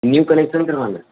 new connection کروانا ہے